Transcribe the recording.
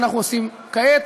שאנחנו עושים כעת.